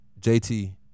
JT